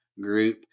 group